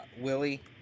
Willie